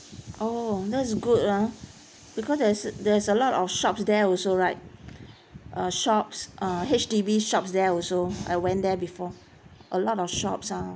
oh that's good lah because there's there's a lot of shops there also right uh shops uh H_D_B shops there also I went there before a lot of shops ah